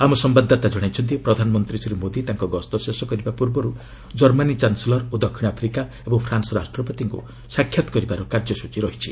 ଆମ ସମ୍ଭାଦଦାତା ଜଣାଇଛନ୍ତି ପ୍ରଧାନମନ୍ତ୍ରୀ ଶ୍ରୀ ମୋଦି ତାଙ୍କ ଗସ୍ତ ଶେଷ କରିବା ପୂର୍ବରୁ କର୍ମାନୀ ଚାନ୍ସେଲର ଓ ଦକ୍ଷିଣ ଆଫ୍ରିକା ଏବଂ ଫ୍ରାନ୍ସ ରାଷ୍ଟ୍ରପତିଙ୍କୁ ସାକ୍ଷାତ କରିବାର କାର୍ଯ୍ୟସ୍ଟଚୀ ରହିଛି